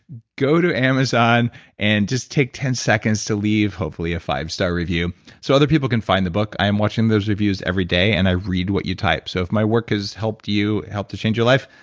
go to amazon and just take ten seconds to leave hopefully a five-star review so other people can find the book. i am watching those reviews every day, and i read what you type. so if my work has helped you, helped to change your life,